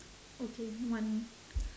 okay one